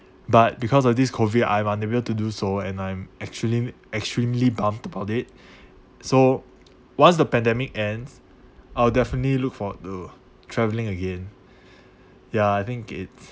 but because of this COVID I'm unable to do so and I'm extreme extremely bumped about it so once the pandemic ends I'll definitely look forward to traveling again ya I think it's